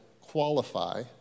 qualify